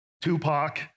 Tupac